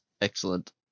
Excellent